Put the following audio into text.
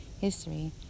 history